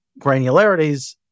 granularities